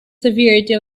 severity